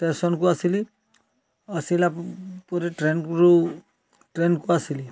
ଷ୍ଟେସନ୍କୁ ଆସିଲି ଆସିଲା ପରେ ଟ୍ରେନ୍ରୁ ଟ୍ରେନ୍କୁ ଆସିଲି